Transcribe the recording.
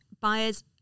buyers